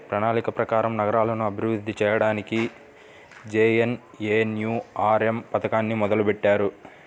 ప్రణాళిక ప్రకారం నగరాలను అభివృద్ధి చెయ్యడానికి జేఎన్ఎన్యూఆర్ఎమ్ పథకాన్ని మొదలుబెట్టారు